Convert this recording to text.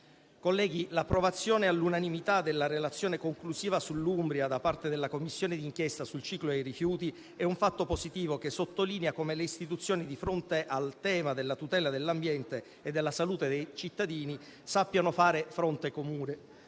Colleghi, l'approvazione all'unanimità della relazione conclusiva sull'Umbria da parte della Commissione di inchiesta sul ciclo dei rifiuti è un fatto positivo, che sottolinea come le istituzioni, di fronte al tema della tutela dell'ambiente e della salute dei cittadini, sappiano fare fronte comune.